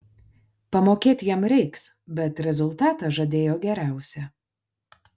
pamokėt jam reiks bet rezultatą žadėjo geriausią